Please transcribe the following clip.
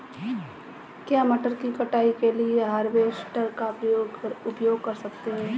क्या मटर की कटाई के लिए हार्वेस्टर का उपयोग कर सकते हैं?